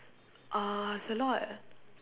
uh it's a lot